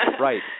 right